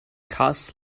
cost